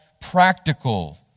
practical